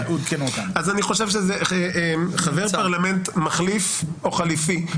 זה חבר פרלמנט מחליף או חליפי.